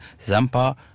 Zampa